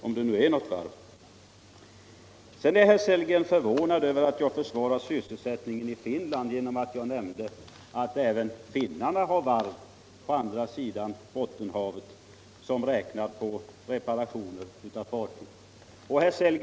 Sedan var herr Sellgren förvånad över, som han sade, att jag försvarade sysselsättningen i Finland — genom att jag nämnde av även finnarna har varv, på andra sidan Bottenhavet, som räknar på reparationer av fartyg.